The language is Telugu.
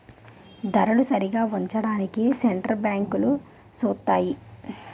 ధరలు సరిగా ఉంచడానికి సెంటర్ బ్యాంకులు సూత్తాయి